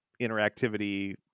interactivity